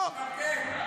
אתה משקר.